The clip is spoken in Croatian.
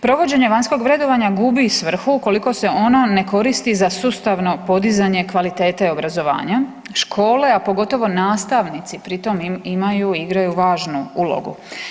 Provođenje vanjskog vrednovanja gubi svrhu ukoliko se ono ne koristi za sustavno podizanje kvalitete obrazovanja, škole, a pogotovo nastavnici pri tom imaju i igraju važnu ulogu.